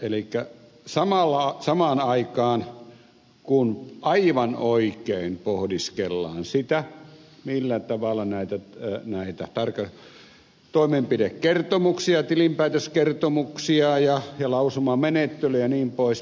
elikkä samaan aikaan kun aivan oikein pohdiskellaan sitä millä tavalla näitä toimenpidekertomuksia tilinpäätöskertomuksia ja lausumamenettelyjä jnp